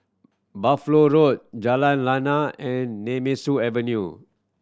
Buffalo Road Jalan Lana and Nemesu Avenue